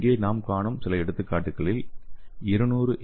இங்கே நாம் காணும் சில எடுத்துக்காட்டுகளில் 200 என்